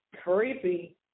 creepy